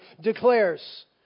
declares